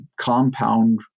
compound